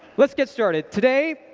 let's get started. today,